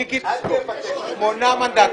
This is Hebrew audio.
איזה עודף מחויב יכול להיות ביחידת הפיקוח?